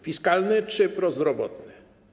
Fiskalny czy prozdrowotny?